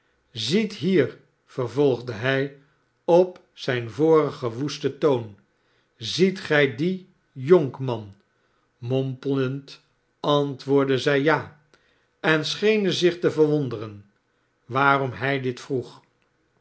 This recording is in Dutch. ziet hier vervolgde hij op zijn vorigenwoesten toon ziet gij dien jonkman mompelend antwoordden zij ja en schenen zich te verwonderen waarom hij dit vroeg